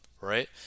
right